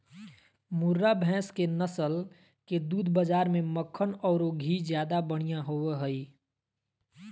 मुर्रा भैस के नस्ल के दूध बाज़ार में मक्खन औरो घी ज्यादा बढ़िया होबो हइ